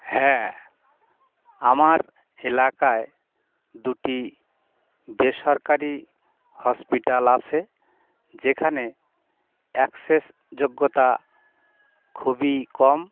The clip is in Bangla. হ্যাঁ আমার এলাকায় দুটি বেসরকারি হসপিটাল আছে যেখানে অ্যাক্সেস যোগ্যতা খুবই কম